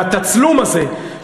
והתצלום הזה,